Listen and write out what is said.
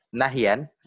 nahian